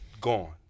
gone